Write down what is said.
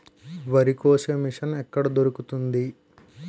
వరి కోసే మిషన్ ఎక్కడ దొరుకుతుంది?